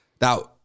Now